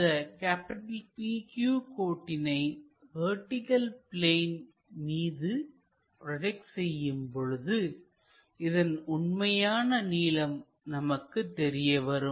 இந்த PQ கோட்டினை vertical plane மீது ப்ரோஜெக்ட் செய்யும்பொழுது இதன் உண்மையான நீளம் நமக்கு தெரியவரும்